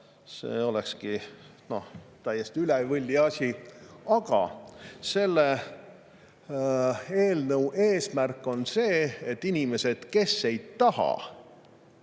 See olekski täiesti üle võlli. Selle eelnõu eesmärk on see, et inimesed, kes ei taha